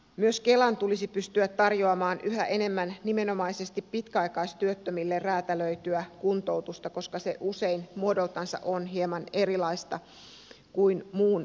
myös kelan tulisi pystyä tarjoamaan yhä enemmän nimenomaisesti pitkäaikaistyöttömille räätälöityä kuntoutusta koska se usein muodoltansa on hieman erilaista kuin muun väestön